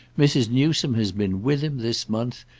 mrs. newsome has been with him, this month,